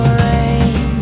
rain